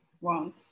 want